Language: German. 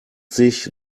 sich